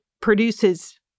produces